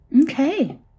Okay